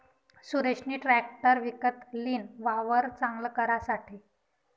सुरेशनी ट्रेकटर विकत लीन, वावर चांगल करासाठे